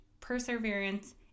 perseverance